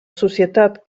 societat